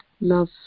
love